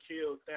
killed